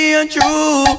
untrue